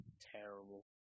terrible